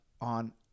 on